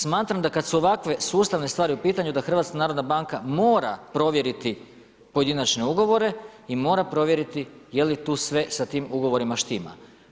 Smatram da kad su ovakve sustave stvari u pitanju, da HNB provjeriti pojedinačne ugovore i mora provjeriti je li tu sve sa tim ugovorima štima.